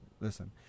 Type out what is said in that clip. Listen